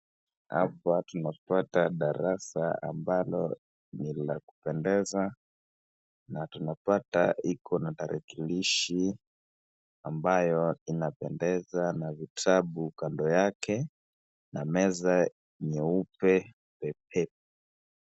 Hapa tunapata darasa ambalo ni la kupendeza na tunapata iko na tarakilishi ambayo inapendeza, na vitabu kando yake, na meza nyeupe pepepe.